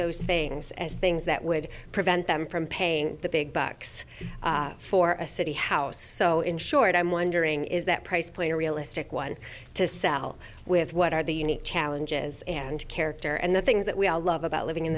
those things as things that would prevent them from paying the big bucks for a city house so in short i'm wondering is that price play a realistic one to sell with what are the unique challenges and character and the things that we all love about living in